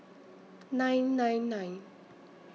nine nine nine